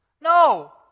No